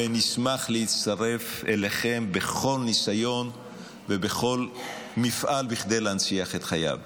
ונשמח להצטרף אליכם בכל ניסיון ובכל מפעל בכדי להנציח את חייו.